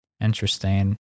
Interesting